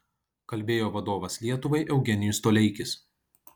kalbėjo vadovas lietuvai eugenijus toleikis